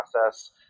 process